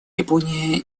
япония